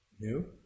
new